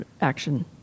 action